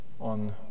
on